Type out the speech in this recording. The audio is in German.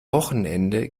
wochenende